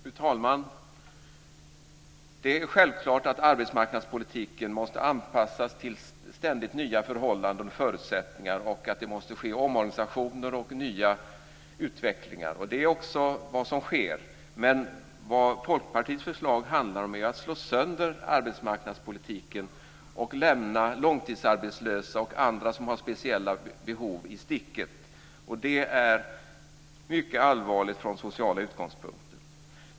Fru talman! Det är självklart att arbetsmarknadspolitiken måste anpassas till ständigt nya förhållanden och förutsättningar och att det måste ske omorganisationer och nya utvecklingar. Det är också vad som sker, men vad Folkpartiets förslag handlar om är att slå sönder arbetsmarknadspolitiken och lämna långtidsarbetslösa och andra som har speciella behov i sticket. Det är mycket allvarligt från sociala utgångspunkter.